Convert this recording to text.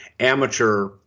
Amateur